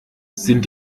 sind